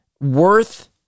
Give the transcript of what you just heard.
worth